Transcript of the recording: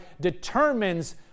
determines